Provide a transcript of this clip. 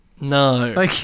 No